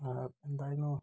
ആ എന്തായിരുന്നു